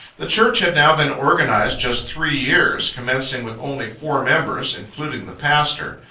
the church had now been organized just three years commencing with only four members, including the pastor.